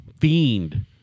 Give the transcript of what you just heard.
Fiend